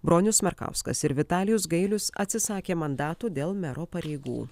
bronius markauskas ir vitalijus gailius atsisakė mandatų dėl mero pareigų